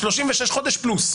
36 חודש פלוס.